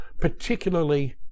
particularly